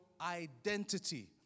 identity